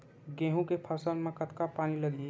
गेहूं के फसल म कतका पानी लगही?